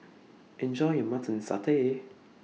Enjoy your Mutton Satay